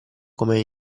come